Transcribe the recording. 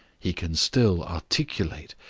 he can still articulate,